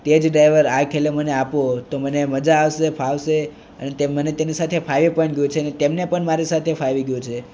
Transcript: તે જ ડ્રાઇવર આ ખેલે મને આપો તો મને મજા આવશે ફાવશે અને તે મને તેની સાથે ફાવી પણ ગયું છે ને તેમને પણ મારી સાથે ફાવી ગયું છે